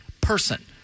person